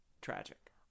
Tragic